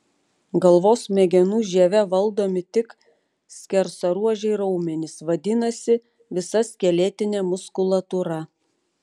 galvos smegenų žieve valdomi tik skersaruožiai raumenys vadinasi visa skeletinė muskulatūra